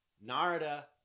Narada